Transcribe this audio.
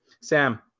Sam